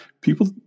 People